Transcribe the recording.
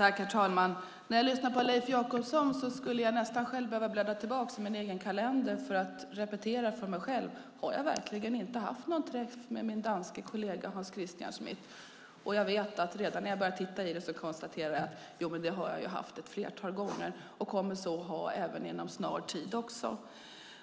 Herr talman! När jag lyssnar på Leif Jakobsson skulle jag själv nästan behöva bläddra tillbaka i min egen kalender för att se om jag verkligen inte har haft någon träff med min danske kollega Hans Christian Schmidt. Men jag kan konstatera att jag har haft det ett flertal gånger och kommer även att ha det snart igen.